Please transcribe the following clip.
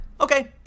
Okay